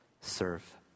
serve